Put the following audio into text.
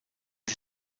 der